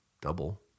double